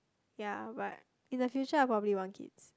ya but in the future I'll probably want kids